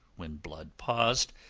when blood paused.